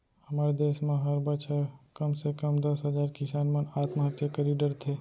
हमर देस म हर बछर कम से कम दस हजार किसान मन आत्महत्या करी डरथे